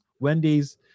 Wendy's